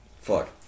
Fuck